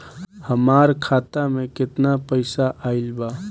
हमार खाता मे केतना पईसा आइल बा?